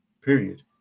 period